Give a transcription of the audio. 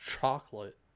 chocolate